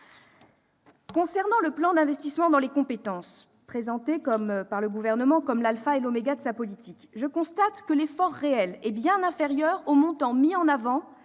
Concernant le plan d'investissement dans les compétences, présenté par le Gouvernement comme l'alpha et l'oméga de sa politique de l'emploi, je constate que l'effort réel est bien inférieur au montant mis en avant